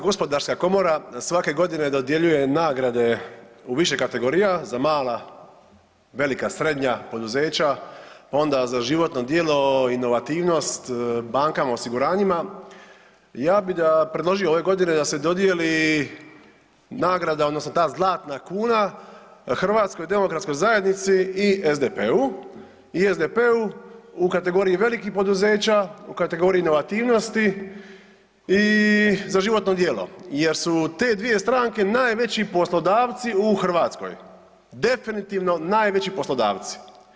Hrvatska gospodarska komora svake godine dodjeljuje nagrade u više kategorija za mala, velika, srednja poduzeća, pa onda za životno djelo, inovativnost bankama, osiguranjima, ja bih predložio ove godine da se dodijeli nagrada odnosno ta Zlatna kuna HDZ-u i SDP-u u kategoriji velikih poduzeća, u kategorija inovativnosti i za životno djelo jer su te dvije stranke najveći poslodavci u Hrvatskoj, najveći poslodavci.